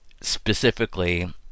specifically